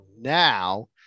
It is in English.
now